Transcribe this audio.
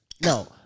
no